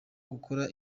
gukora